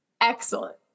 Excellent